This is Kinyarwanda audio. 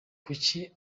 kuki